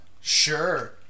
Sure